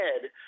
head